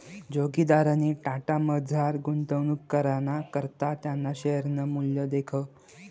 जोगिंदरनी टाटामझार गुंतवणूक कराना करता त्याना शेअरनं मूल्य दखं